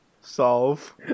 Solve